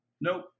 Nope